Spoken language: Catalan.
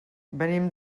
venim